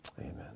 Amen